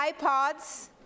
iPods